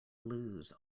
lose